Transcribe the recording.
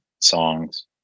songs